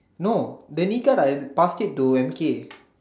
no the knee guard I pass it to M_K